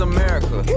America